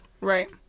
Right